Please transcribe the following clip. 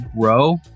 grow